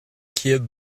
céad